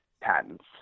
patents